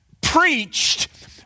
preached